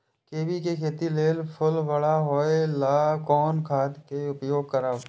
कोबी के खेती लेल फुल बड़ा होय ल कोन खाद के उपयोग करब?